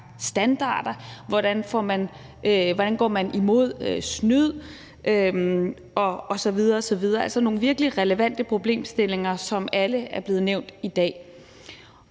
standarder, hvordan man laver tiltag imod snyd osv. osv., altså nogle virkelig relevante problemstillinger, som alle er blevet nævnt i dag.